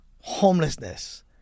homelessness